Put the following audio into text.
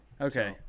Okay